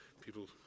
people